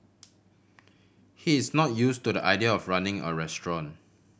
he's not use to the idea of running a restaurant